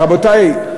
רבותי,